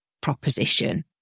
proposition